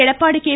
Edappadi K